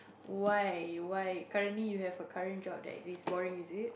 why why currently you have a current job that is super boring is it